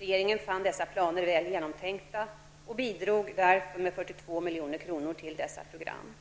Regeringen fann dessa planer väl genomtänkta och bidrog därför med 42 milj.kr. till dessa program.